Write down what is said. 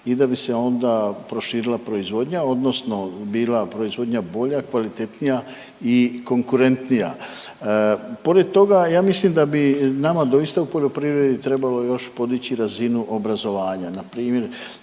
i da bi se onda proširila proizvodnja odnosno bila proizvodnja bolja, kvalitetnija i konkurentnija. Pored toga ja mislim da bi nama doista u poljoprivredi trebalo još podići razinu obrazovanja,